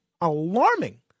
alarming